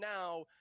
now